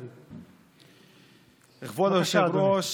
אדוני היושב-ראש,